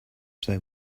they